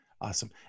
Awesome